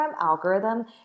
algorithm